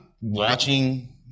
watching